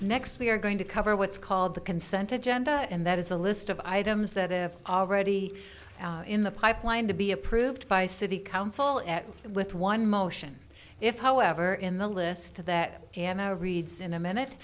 next we are going to cover what's called the consented genda and that is a list of items that have already in the pipeline to be approved by city council at with one motion if however in the list of that vienna reads in a minute